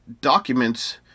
documents